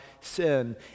sin